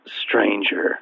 stranger